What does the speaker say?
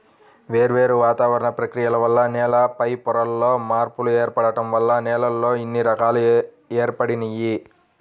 వేర్వేరు వాతావరణ ప్రక్రియల వల్ల నేల పైపొరల్లో మార్పులు ఏర్పడటం వల్ల నేలల్లో ఇన్ని రకాలు ఏర్పడినియ్యి